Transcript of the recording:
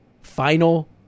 final